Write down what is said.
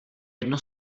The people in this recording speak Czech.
jedno